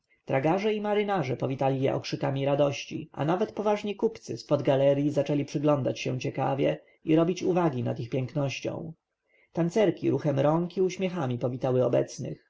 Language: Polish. tragarze i marynarze powitali je okrzykami radości a nawet poważni kupcy z pod galerji zaczęli przyglądać się ciekawie i robić uwagi nad ich pięknością tancerki ruchem rąk i uśmiechami powitały obecnych